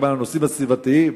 גם על הנושאים הסביבתיים?